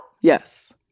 yes